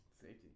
Safety